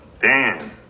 Dan